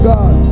God